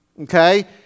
okay